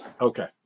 Okay